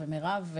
מירב,